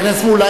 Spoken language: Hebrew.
חבר הכנסת מולה,